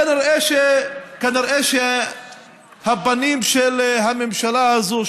כנראה שהפנים של הממשלה הזאת,